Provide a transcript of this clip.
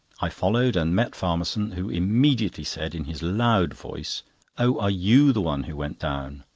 i followed, and met farmerson, who immediately said, in his loud voice oh, are you the one who went down?